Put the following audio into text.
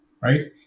Right